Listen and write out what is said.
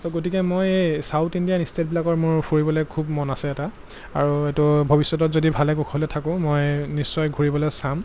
চ গতিকে মই south Indian ষ্টেটবিলাকৰ মোৰ ফুৰিবলৈ খুব মন আছে এটা আৰু এইটো ভৱিষ্যতত যদি ভালে কুশলে থাকোঁ মই নিশ্চয় ঘূৰিবলৈ চাম